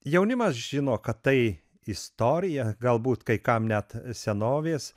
jaunimas žino kad tai istorija galbūt kai kam net senovės